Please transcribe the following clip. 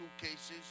cases